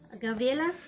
Gabriela